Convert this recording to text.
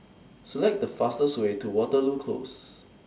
Select The fastest Way to Waterloo Close